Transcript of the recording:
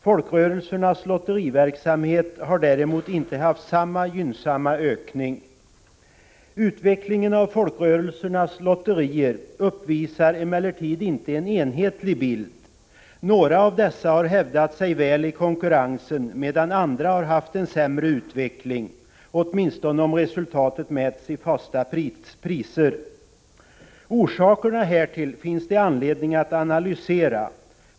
Folkrörelsernas lotteriverksamhet har däremot inte uppvisat samma gynnsamma ökning. Utvecklingen av folkrörelsernas lotterier uppvisar emellertid inte en enhetlig bild. Några av lotterierna har hävdat sig väl i konkurrensen, medan andra haft en sämre utveckling, åtminstone om resultatet mäts i fasta priser. Orsakerna härtill finns det anledning att analysera.